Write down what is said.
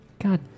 God